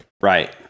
Right